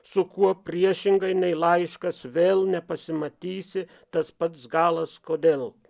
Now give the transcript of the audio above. su kuo priešingai nei laiškas vėl nepasimatysi tas pats galas kodėl